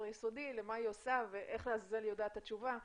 היסודי מה היא עושה ואיך היא יודעת את התשובה.